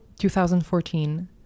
2014